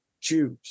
choose